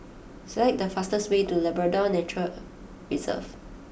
select the fastest way to Labrador Nature Reserve